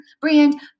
brand